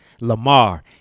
lamar